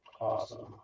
Awesome